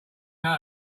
know